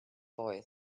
boy